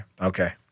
Okay